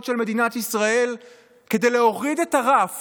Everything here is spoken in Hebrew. של מדינת ישראל כדי להוריד את הרף